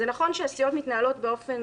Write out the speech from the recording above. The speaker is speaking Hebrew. זה נכון שהסיעות מתנהלות באופן